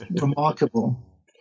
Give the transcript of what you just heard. remarkable